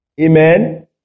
Amen